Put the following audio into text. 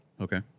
Okay